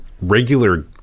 regular